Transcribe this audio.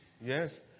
Yes